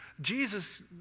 Jesus